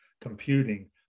computing